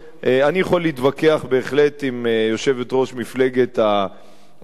אני יכול להתווכח בהחלט עם יושבת-ראש מפלגת העבודה,